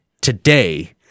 today